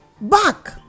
Back